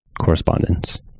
correspondence